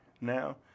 Now